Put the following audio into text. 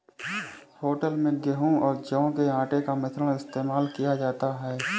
hotel में गेहूं और जौ के आटे का मिश्रण इस्तेमाल किया जाता है